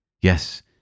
Yes